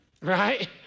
right